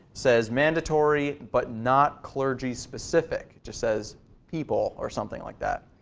says mandatory but not clergy specific. it just says people or something like that.